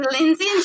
Lindsay